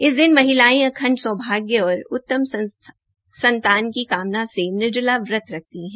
इस दिन महिलायें अखंड सौभाग्य और उत्तम संतान की कामना से निर्जला व्रत रखती है